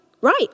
right